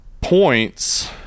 points